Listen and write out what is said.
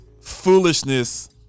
foolishness